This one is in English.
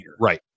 right